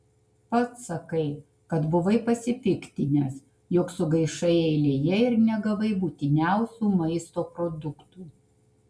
pats sakai kad buvai pasipiktinęs jog sugaišai eilėje ir negavai būtiniausių maisto produktų